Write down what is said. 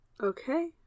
Okay